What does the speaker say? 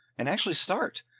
and actually start,